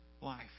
life